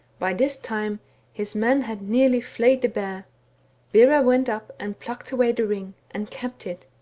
by this time his men had nearly flayed the bear bera went up and plucked away the ring, and kept it,